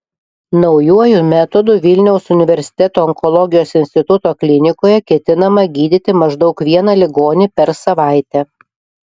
naujuoju metodu vilniaus universiteto onkologijos instituto klinikoje ketinama gydyti maždaug vieną ligonį per savaitę